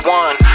one